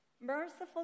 merciful